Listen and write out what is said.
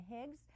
higgs